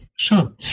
Sure